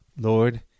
Lord